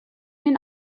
den